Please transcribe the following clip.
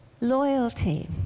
loyalty